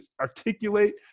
articulate